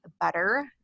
Butter